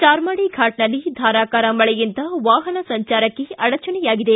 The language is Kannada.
ಚಾರ್ಮಾಡಿ ಫಾಟ್ನಲ್ಲಿ ಧಾರಾಕಾರ ಮಳೆಯಿಂದ ವಾಹನ ಸಂಚಾರಕ್ಕೆ ಅಡಚಣೆಯಾಗಿದೆ